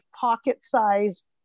pocket-sized